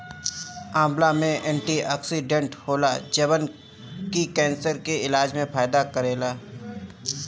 आंवला में एंटीओक्सिडेंट होला जवन की केंसर के इलाज में फायदा करेला